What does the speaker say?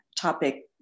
topic